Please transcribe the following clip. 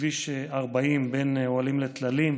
וכביש 40 בין אוהלים לטללים.